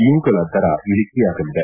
ಇವುಗಳ ದರ ಇಳಿಕೆಯಾಗಲಿದೆ